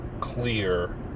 clear